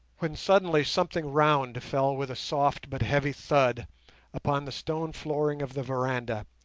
when suddenly something round fell with a soft but heavy thud upon the stone flooring of the veranda,